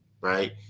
Right